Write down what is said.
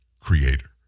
creator